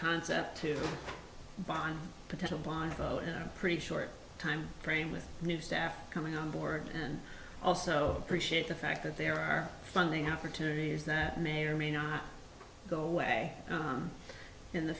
concept to bond potential bond and pretty short time frame with new staff coming on board and also appreciate the fact that there are funding opportunities that may or may not go away in the